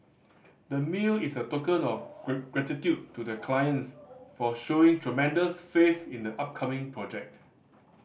the is a token of gratitude to the clients for showing tremendous faith in the upcoming project